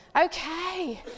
Okay